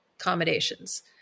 accommodations